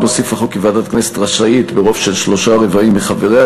עוד הוסיף החוק כי ועדת הכנסת רשאית ברוב של שלושה-רבעים מחבריה